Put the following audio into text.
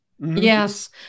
Yes